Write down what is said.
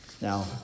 Now